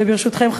וברשותכם,